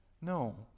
no